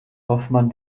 hoffmann